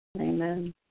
amen